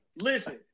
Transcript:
Listen